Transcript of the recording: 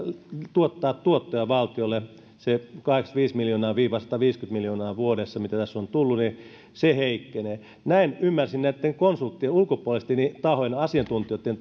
tuottaa tuottoja valtiolle se kahdeksankymmentäviisi viiva sataviisikymmentä miljoonaa vuodessa mitä tässä tullut heikkenee näin ymmärsin näitten konsulttien ulkopuolisten tahojen asiantuntijoitten